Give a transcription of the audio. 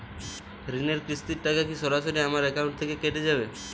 ঋণের কিস্তির টাকা কি সরাসরি আমার অ্যাকাউন্ট থেকে কেটে যাবে?